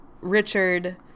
Richard